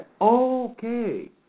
Okay